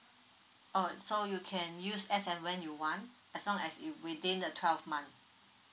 oh so you can use as and when you want as long as it within the twelve month